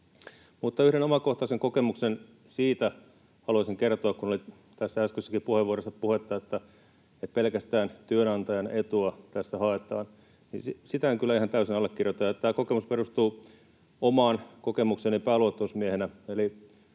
yhden omakohtaisen kokemuksen haluaisin kertoa, kun oli tässä äskeisessäkin puheenvuorossa puhetta, että pelkästään työnantajan etua tässä haetaan. Sitä en kyllä ihan täysin allekirjoita. Tämä kokemus perustuu omaan kokemukseeni pääluottamusmiehenä,